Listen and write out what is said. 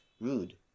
rude